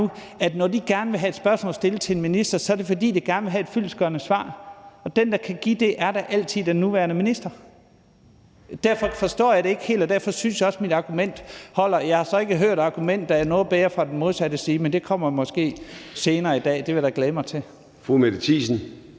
mig nu, gerne vil stille et spørgsmål til en minister, så er det, fordi de gerne vil have et fyldestgørende svar, og den, der kan give det, er da altid den nuværende minister. Derfor forstår jeg det ikke helt, og derfor synes jeg også, at mit argument holder. Jeg har så ikke hørt et argument fra den modsattte side, der er bedre, men det kommer måske senere i dag, og det vil jeg da glæde mig til.